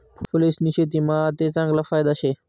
फूलेस्नी शेतीमा आते चांगला फायदा शे